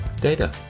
Data